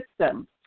system